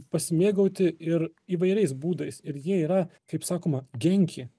pasimėgauti ir įvairiais būdais ir jie yra kaip sakoma genki